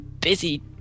busy